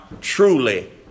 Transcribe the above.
truly